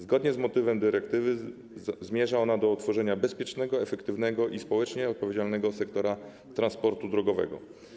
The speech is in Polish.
Zgodnie z motywem dyrektywy zmierza ona do utworzenia bezpiecznego, efektywnego i społecznie odpowiedzialnego sektora transportu drogowego.